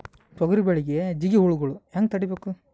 ತೊಗರಿ ಬೆಳೆಗೆ ಜಿಗಿ ಹುಳುಗಳು ಹ್ಯಾಂಗ್ ತಡೀಬೇಕು?